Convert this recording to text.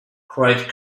cried